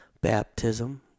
baptism